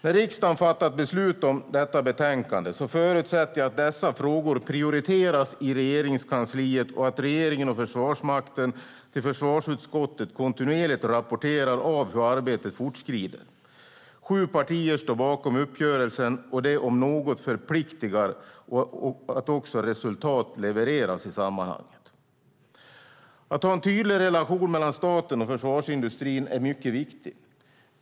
När riksdagen har fattat beslut om detta betänkande förutsätter jag att dessa frågor prioriteras i Regeringskansliet och att regeringen och Försvarsmakten till försvarsutskottet kontinuerligt rapporterar hur arbetet fortskrider. Sju partier står bakom uppgörelsen, och det om något förpliktar till att resultat levereras. Att ha en tydlig relation mellan staten och försvarsindustrin är mycket viktigt.